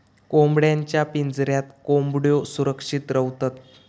कोंबड्यांच्या पिंजऱ्यात कोंबड्यो सुरक्षित रव्हतत